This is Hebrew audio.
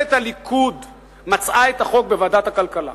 ממשלת הליכוד מצאה את החוק בוועדת הכלכלה,